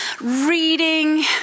reading